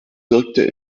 wirkte